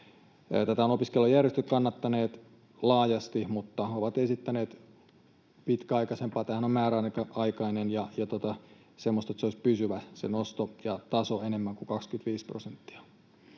Tätä ovat opiskelijajärjestöt kannattaneet laajasti, mutta ne ovat esittäneet pitkäaikaisempaa ratkaisua — tämähän on määräaikainen — ja sitä, että se nosto olisi pysyvä ja taso enemmän kuin 25 prosenttia.